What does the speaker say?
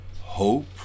hope